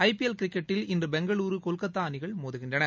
ஐ P L கிரிக்கெட்டில் இன்று பெங்களுரு கொல்கத்தா அணிகள் மோதுகின்றன